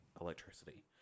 electricity